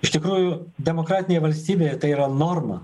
iš tikrųjų demokratinėje valstybėje tai yra norma